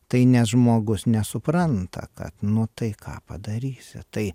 tai nes žmogus nesupranta kad nu tai ką padarysi tai